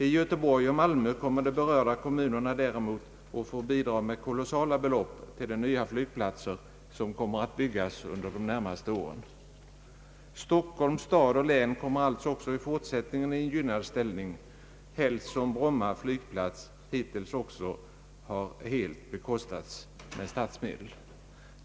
I Göteborg och Malmö kommer däremot kommunerna att få bidra med kolossala belopp till de nya flygplatser, som kommer att byggas där under de närmaste åren. Stockholms stad och län kommer alltså även i fortsättningen i en gynnad ställning, helst som Bromma flygplats hittills också helt bekostats med statsmedel.